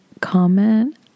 comment